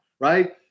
right